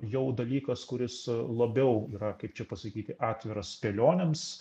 jau dalykas kuris labiau yra kaip čia pasakyti atviras spėlionėms